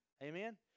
Amen